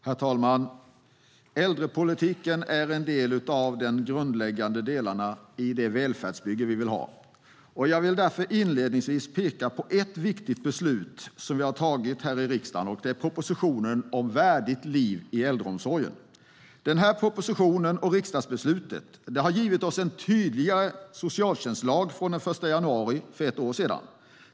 Herr talman! Äldrepolitiken är en del av de grundläggande delarna i det välfärdsbygge vi vill ha. Jag vill därför inledningsvis peka på ett viktigt beslut som vi har tagit här i riksdagen. Det gäller propositionen om värdigt liv i äldreomsorgen. Den här propositionen och riksdagsbeslutet har givit oss en tydligare socialtjänstlag sedan den 1 januari för ett år sedan.